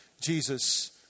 Jesus